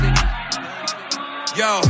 yo